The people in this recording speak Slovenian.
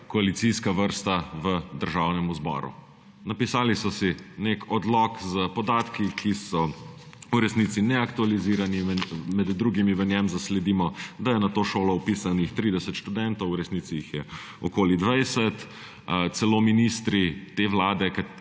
koalicijska vrsta v Državnem zboru. Napisali so si nek odlok s podatki, ki so v resnici neaktualizirani. Med drugim v njem zasledimo, da je na to šolo vpisanih 30 študentov, v resnici jih je okoli 20. Celo ministri te vlade,